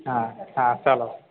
હા હા ચાલો